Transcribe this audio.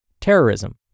terrorism